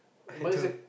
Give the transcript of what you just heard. I do